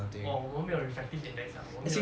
orh 我们没有 refractive index liao 我们没有